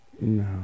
No